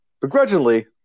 begrudgingly